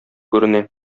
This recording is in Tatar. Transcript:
күренә